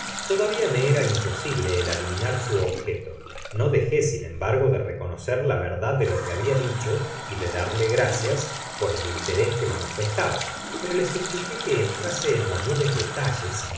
todavia me era imposible el adivinar su objeto no dejé sin embargo de reconocer la verdad de lo que habia dicbo y de darle gracias por el interés que manifestaba pero le supliqué que entrase en mayores detalles